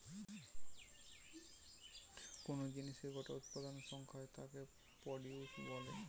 কুনো জিনিসের যে গোটা উৎপাদনের সংখ্যা হয় তাকে প্রডিউস বলে